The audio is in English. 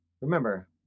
Remember